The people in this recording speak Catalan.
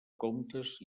comptes